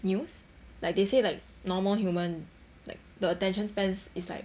news like they say like normal human like the attention span is like